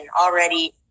already